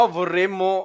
vorremmo